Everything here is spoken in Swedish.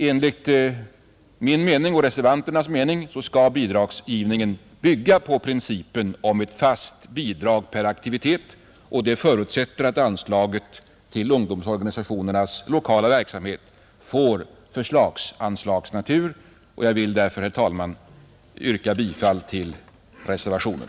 Enligt min och reservanternas mening skall bidragsgivningen bygga på principen om ett fast bidrag per aktivitet. Det förutsätter att anslaget till ungdomsorganisationernas lokala verksamhet får förslagsanslags natur. Jag vill därför, herr talman, yrka bifall till reservationen.